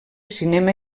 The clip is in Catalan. cinema